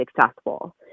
successful